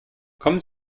kommen